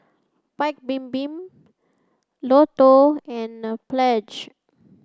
Paik Bibim Lotto and Pledge